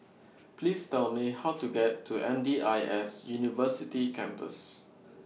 Please Tell Me How to get to M D I S University Campus